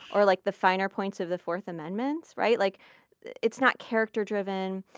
or like the finer points of the fourth amendment, right? like it's not character-driven,